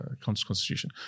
constitution